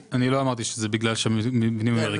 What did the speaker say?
אני לא אמרתי שזה בגלל שהמבנים ריקים.